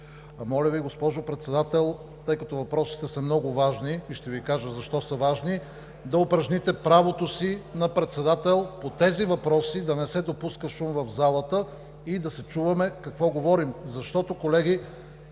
Моля Ви, госпожо Председател, тъй като въпросите са много важни и ще Ви кажа защо са важни, да упражните правото си на председател – по тези въпроси да не се допуска шум в залата и да се чуваме какво говорим. Колеги,